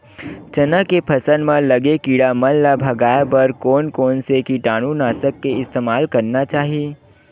चना के फसल म लगे किड़ा मन ला भगाये बर कोन कोन से कीटानु नाशक के इस्तेमाल करना चाहि?